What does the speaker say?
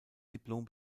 diplom